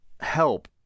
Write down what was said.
help